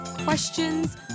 questions